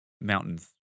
mountains